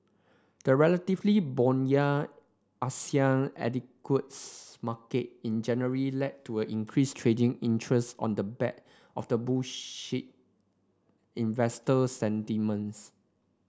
the relatively buoyant Asian equities market in January led to a increased trading interest on the back of the bullish investor sentiments